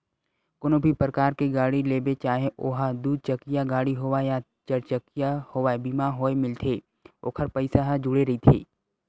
कोनो भी परकार के गाड़ी लेबे चाहे ओहा दू चकिया गाड़ी होवय या चरचकिया होवय बीमा होय मिलथे ओखर पइसा ह जुड़े रहिथे